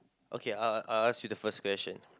okay I I ask you the first question